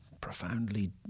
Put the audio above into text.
profoundly